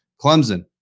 Clemson